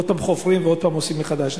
עוד פעם חופרים ועוד פעם עושים מחדש.